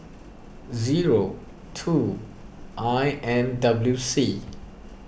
zero two I N W C